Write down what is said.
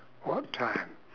what time